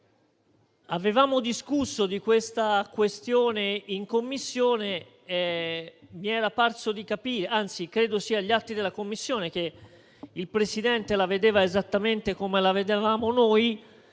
Avevamo discusso della questione in Commissione e mi era parso di capire, anzi credo sia gli atti della Commissione che il Presidente la vedeva esattamente come la vedevamo noi.